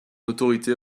autorité